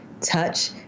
touch